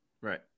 Right